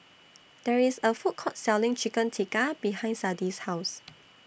There IS A Food Court Selling Chicken Tikka behind Sadie's House